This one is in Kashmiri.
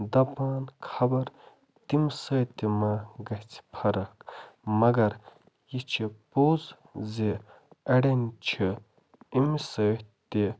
دَپان خَبر تَمہِ سۭتۍ تہِ ما گَژھِ فرق مگر یہِ چھِ پوٚز زِ اَڑٮ۪ن چھُ اَمہِ سۭتۍ تہِ